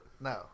no